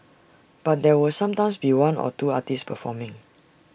but there will sometimes be one or two artists performing